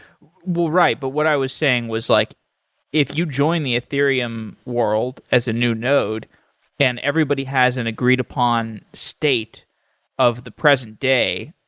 right, but what i was saying was like if you join the ethereum world as a new node and everybody has an agreed upon state of the present day,